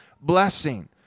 blessing